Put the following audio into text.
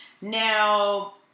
Now